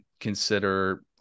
consider